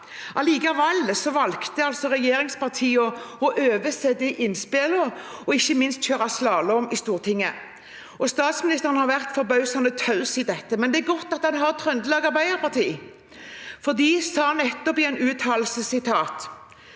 Likevel valgte regjeringspartiene å overse de innspillene og ikke minst kjøre slalåm i Stortinget. Statsministeren har vært forbausende taus i dette, men det er godt at han har Trøndelag Arbeiderparti, for de sa nettopp i en uttalelse: